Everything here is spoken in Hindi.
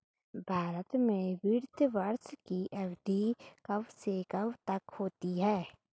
भारत में वित्तीय वर्ष की अवधि कब से कब तक होती है?